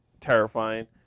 Terrifying